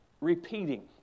repeating